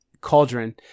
cauldron